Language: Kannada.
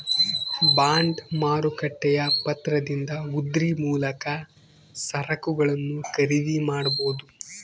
ಬಾಂಡ್ ಮಾರುಕಟ್ಟೆಯ ಪತ್ರದಿಂದ ಉದ್ರಿ ಮೂಲಕ ಸರಕುಗಳನ್ನು ಖರೀದಿ ಮಾಡಬೊದು